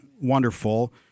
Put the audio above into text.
wonderful